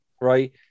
right